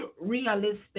realistic